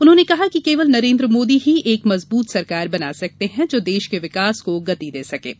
उन्होंने कहा कि केवल नरेन्द्र मोदी ही एक मजबूत सरकार बना सकते हैं जो देश के विकास को गति दे सकती है